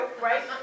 right